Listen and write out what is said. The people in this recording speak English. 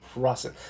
Process